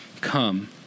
come